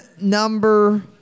number